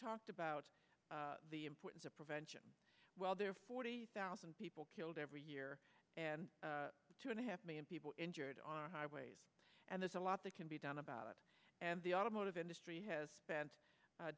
talked about the importance of prevention well there are forty thousand people killed every year and two and a half million people injured on highways and there's a lot that can be done about it and the automotive industry has spent